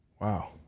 Wow